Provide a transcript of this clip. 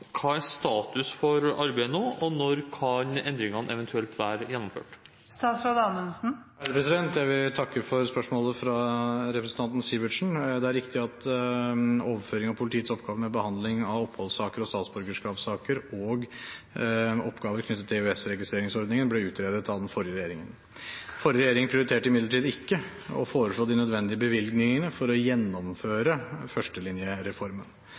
hva er status for dette arbeidet nå, og når kan endringen være gjennomført?» Jeg vil takke for spørsmålet fra representanten Sivertsen. Det er riktig at overføring av politiets oppgaver med behandling av oppholdssaker og statsborgerskapssaker og oppgaver knyttet til EØS-registreringsordningen ble utredet av den forrige regjeringen. Den forrige regjeringen prioriterte imidlertid ikke å foreslå de nødvendige bevilgningene for å gjennomføre førstelinjereformen.